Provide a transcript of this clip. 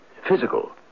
Physical